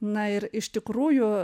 na ir iš tikrųjų